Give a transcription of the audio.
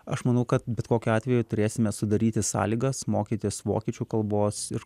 aš manau kad bet kokiu atveju turėsime sudaryti sąlygas mokytis vokiečių kalbos ir